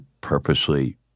purposely